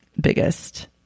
biggest